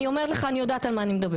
אני יודעת על מה אני מדברת.